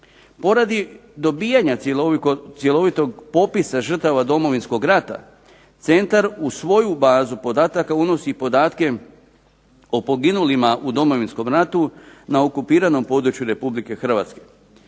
Poradi dobivanja cjelovitog popisa žrtava Domovinskog rata centar u svoju bazu podataka unosi podatke o poginulima u Domovinskom ratu na okupiranom području RH.